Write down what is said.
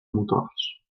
motors